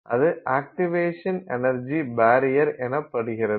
அது activation energy barrier எனப்படுகிறது